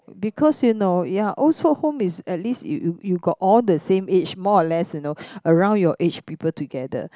because you know ya old folks home is at least you you you got the same age more or less you know around your age people together